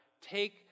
take